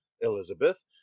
Elizabeth